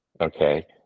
okay